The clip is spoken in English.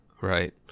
Right